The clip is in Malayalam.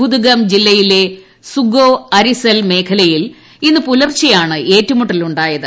ബുദ്ഗാം ജില്ലയിലെ സുഗോ അരിസൽ മേഖലയിൽ ഇന്ന് പുലർച്ചയാണ് ഏറ്റുമുട്ടലുണ്ടായത്